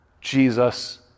Jesus